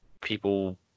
people